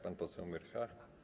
Pan poseł Myrcha?